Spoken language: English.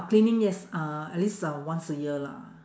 cleaning yes uh at least uh once a year lah